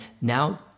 now